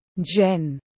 Jen